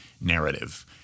narrative